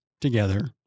together